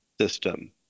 system